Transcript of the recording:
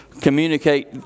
communicate